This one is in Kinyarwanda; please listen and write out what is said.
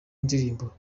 ndirimbo